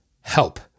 Help